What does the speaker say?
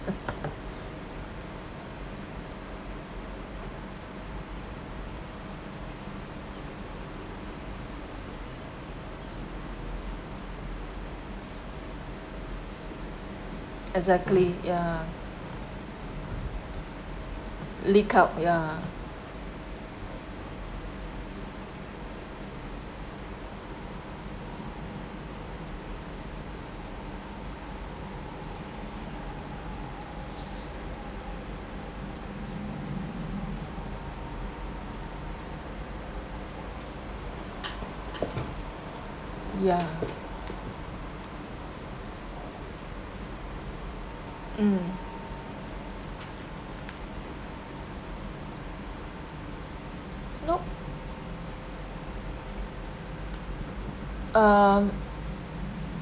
exactly ya leaked out ya yeah mm nope um